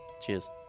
Cheers